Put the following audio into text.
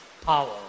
power